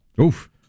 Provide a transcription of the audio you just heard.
Oof